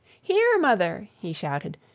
here, mother, he shouted,